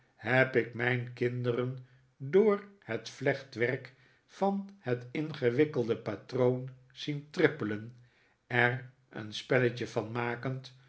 heb ik mijn kinderen door het vlechtwerk van het ingewikkelde patroon zien trippelen er een spelletje van makend